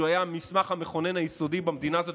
שהיה המסמך המכונן היסודי במדינה הזאת,